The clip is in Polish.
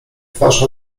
twarz